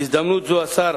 בהזדמנות זו השר